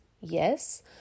Yes